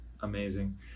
Amazing